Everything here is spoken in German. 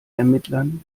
ermittlern